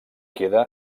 queda